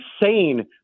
insane